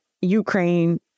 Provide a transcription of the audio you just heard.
Ukraine